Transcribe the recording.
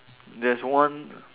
there's one